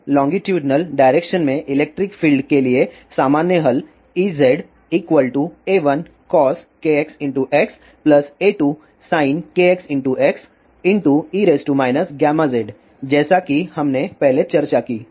और longitudinal direction में electric field के लिए सामान्य हल EzA1cos kxx A2sin kxx e γz जैसा कि हमने पहले चर्चा की